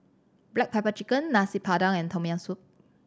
black pepper chicken Nasi Padang and Tom Yam Soup